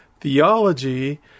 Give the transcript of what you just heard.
theology